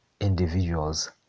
individuals